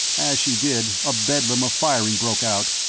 as she did, a bedlam of firing broke out,